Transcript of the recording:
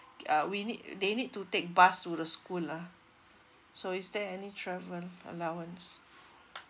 uh we need they need to take bus to the school ah so is there any travel allowance